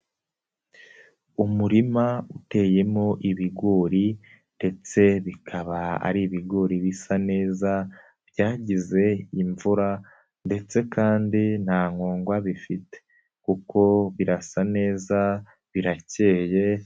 Umurima uteyemo ibigori ndetse bikaba ari ibigori bisa neza, byagize imvura ndetse kandi nta nkongwa bifite kuko birasa neza, birakeye.